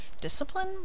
Discipline